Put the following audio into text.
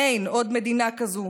אין עוד מדינה כזו,